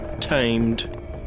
Tamed